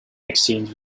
exchange